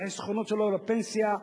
החסכונות שלו לפנסיה,